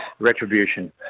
Retribution